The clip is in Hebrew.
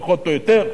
פחות או יותר,